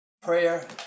Prayer